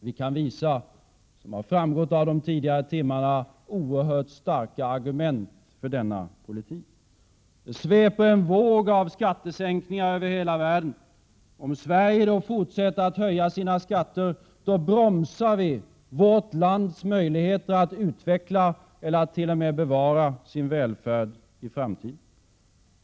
Vi kan visa, som har framgått under de senaste timmarna, oerhört starka argument för denna politik. Det sveper en våg av skattesänkningar över hela världen. Om Sverige då fortsätter att höja sina skatter bromsas landets möjligheter att utveckla eller att t.o.m. bevara sin välfärd i framtiden.